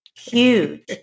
huge